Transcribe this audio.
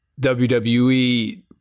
WWE